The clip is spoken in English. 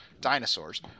dinosaurs